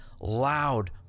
loud